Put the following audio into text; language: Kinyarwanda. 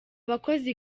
bakozi